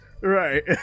Right